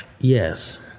Yes